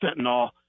fentanyl